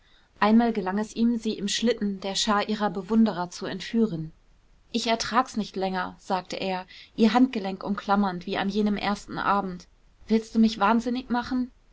einmal gelang es ihm sie im schlitten der schar ihrer bewunderer zu entführen ich ertrag's nicht länger sagte er ihr handgelenk umklammernd wie an jenem ersten abend willst du mich wahnsinnig machen